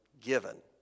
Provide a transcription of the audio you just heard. given